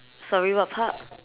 sorry what park